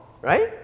right